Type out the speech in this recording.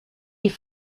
die